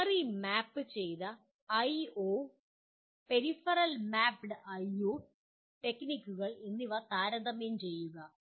memory map ചെയ്ത I O peripheral mapped I O ടെക്നിക്കുകൾ എന്നിവ താരതമ്യം ചെയ്യുക